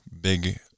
big